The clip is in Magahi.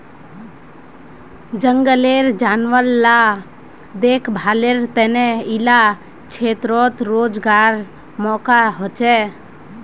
जनगलेर जानवर ला देख्भालेर तने इला क्षेत्रोत रोज्गारेर मौक़ा होछे